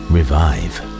Revive